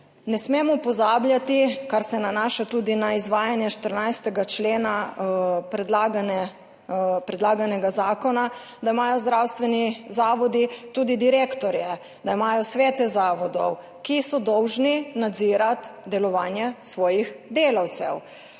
Ne smemo pozabljati, kar se nanaša tudi na izvajanje 14. člena predlaganega zakona, da imajo zdravstveni zavodi tudi direktorje, da imajo svete zavodov, ki so dolžni nadzirati delovanje svojih delavcev.